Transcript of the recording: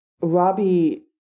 Robbie